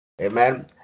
Amen